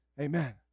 Amen